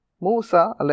Musa